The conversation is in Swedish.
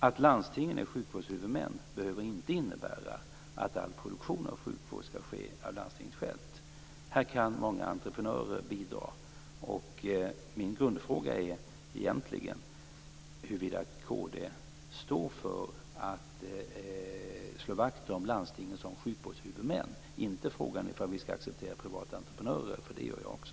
Att landstingen är sjukvårdshuvudmän behöver inte innebära att all produktion av sjukvård skall ske av landstinget självt. Här kan många entreprenörer bidra. Min grundfråga är egentligen huruvida kd står för att slå vakt om landstingen som sjukvårdshuvudmän, inte frågan om ifall vi skall acceptera privata entreprenörer, för det gör jag också.